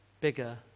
bigger